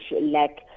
lack